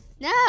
No